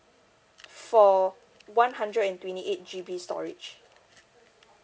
for one hundred and twenty eight G_B storage